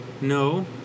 No